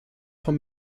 vom